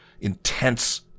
intense